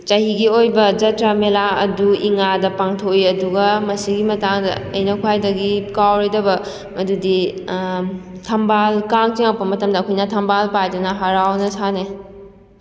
ꯆꯍꯤꯒꯤ ꯑꯣꯏꯕ ꯖꯇ꯭ꯔꯥ ꯃꯦꯂꯥ ꯑꯗꯨ ꯏꯉꯥꯗ ꯄꯥꯡꯊꯣꯛꯏ ꯑꯗꯨꯒ ꯃꯁꯤꯒꯤ ꯃꯇꯥꯡꯗ ꯑꯩꯅ ꯈ꯭ꯋꯥꯏꯗꯒꯤ ꯀꯥꯎꯔꯣꯏꯗꯕ ꯑꯗꯨꯗꯤ ꯊꯝꯕꯥꯜ ꯀꯥꯡ ꯆꯤꯡꯂꯛꯄ ꯃꯇꯝꯗ ꯑꯩꯈꯣꯏꯅ ꯊꯝꯕꯥꯜ ꯄꯥꯏꯗꯨꯅ ꯍꯔꯥꯎꯅ ꯁꯥꯟꯅꯩ